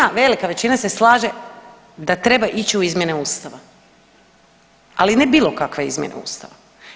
Većina, velika većina se slaže da treba ići u izmjene Ustava, ali ne bilo kakve izmjene Ustava.